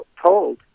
told